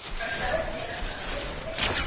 marcel stands on an open book.